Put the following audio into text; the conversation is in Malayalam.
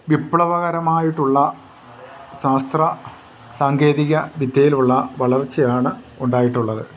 വിപ്ലവകരമായിട്ടുള്ള ശാസ്ത്ര സാങ്കേതിക വിദ്യയിലുള്ള വളർച്ചയാണ് ഉണ്ടായിട്ടുള്ളത്